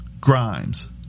Grimes